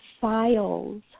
files